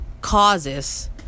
causes